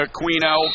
Aquino